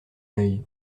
œil